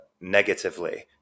negatively